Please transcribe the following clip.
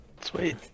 Sweet